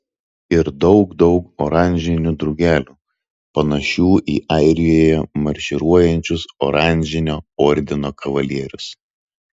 ir daug daug oranžinių drugelių panašių į airijoje marširuojančius oranžinio ordino kavalierius